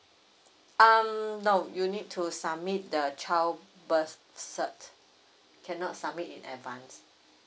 um you need to submit the child birth cert cannot submit in advance